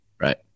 Right